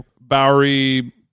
Bowery